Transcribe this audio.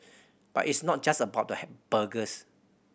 but it's not just about burgers